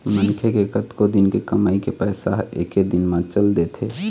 मनखे के कतको दिन के कमई के पइसा ह एके दिन म चल देथे